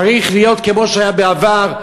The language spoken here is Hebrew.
צריך להיות כמו שהיה בעבר,